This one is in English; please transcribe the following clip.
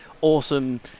awesome